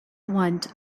want